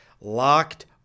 locked